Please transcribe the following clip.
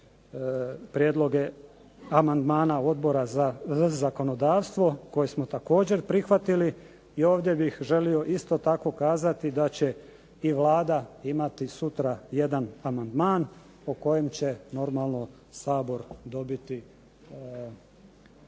prijedloge amandmana Odbora za zakonodavstvo koje smo također prihvatili i ovdje bih želio isto tako kazati da će i Vlada imati sutra jedan amandman o kojem će normalno Sabor dobiti